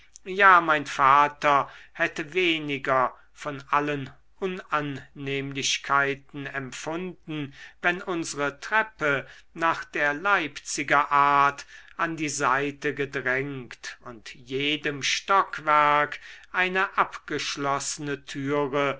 ja mein vater hätte weniger von allen unannehmlichkeiten empfunden wenn unsere treppe nach der leipziger art an die seite gedrängt und jedem stockwerk eine abgeschlossene türe